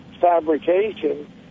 fabrication